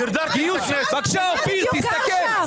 בבקשה, אופיר, תסתכל.